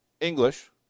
English